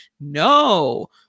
No